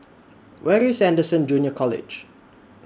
Where IS Anderson Junior College